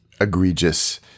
egregious